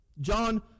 John